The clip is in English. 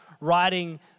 writing